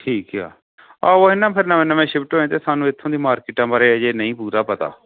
ਠੀਕ ਆ ਆਹੋ ਇਹ ਨਾ ਫਿਰ ਨਵੇਂ ਨਵੇਂ ਸ਼ਿਫਟ ਹੋਏ ਅਤੇ ਸਾਨੂੰ ਇੱਥੋਂ ਦੀ ਮਾਰਕੀਟਾਂ ਬਾਰੇ ਅਜੇ ਨਹੀਂ ਪੂਰਾ ਪਤਾ